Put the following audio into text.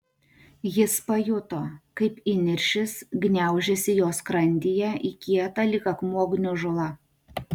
jis pajuto kaip įniršis gniaužiasi jo skrandyje į kietą lyg akmuo gniužulą